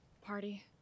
party